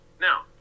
Now